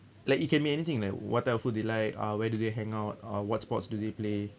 like it can be anything like what type of food they like uh where do they hang out uh what sports do they play